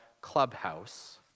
Clubhouse